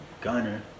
Gunner